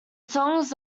songs